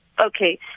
Okay